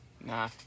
Nah